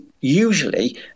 usually